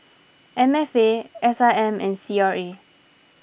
M F A S I M and C R A